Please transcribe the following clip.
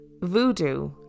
Voodoo